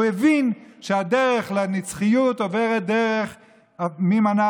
הוא הבין שהדרך לנצחיות עוברת דרך "מי מנה